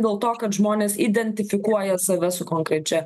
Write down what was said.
dėl to kad žmonės identifikuoja save su konkrečia